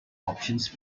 options